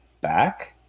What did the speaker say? back